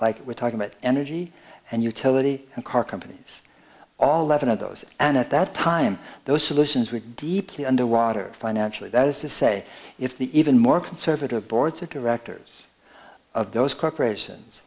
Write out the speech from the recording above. like we're talking about energy and utility and car companies all levon of those and at that time those solutions were deeply under water financially that is to say if the even more conservative boards of directors of those corporations